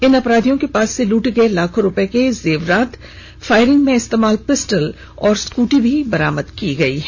इन अपराधियों के पास से लूटे गए लाखों के जेवरात फायरिंग में इस्तेमाल पिस्टल और स्कूटी भी बरामद कर लिया है